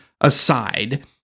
aside